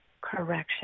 correction